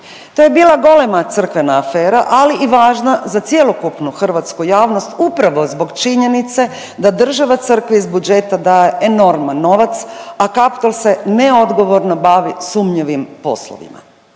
To je bila golema crkvena afera, ali važna za cjelokupnu hrvatsku javnost upravo zbog činjenice da država crkvi iz budžeta daje enorman novac, a Kaptol se neodgovorno bavi sumnjivim poslovima.